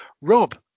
Rob